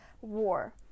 War